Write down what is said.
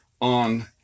on